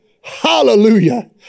Hallelujah